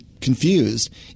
confused